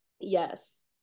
Yes